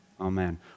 Amen